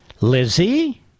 Lizzie